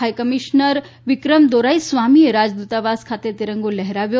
high commissioner Vikram Doraiswamy એ રાજદૂતાવાસ ખાતે તિરંગો લહેરાવ્યો